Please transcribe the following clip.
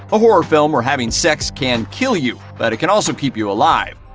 a horror film where having sex can kill you. but it can also keep you alive.